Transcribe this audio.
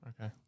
Okay